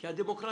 מה זה דמוקרטיה?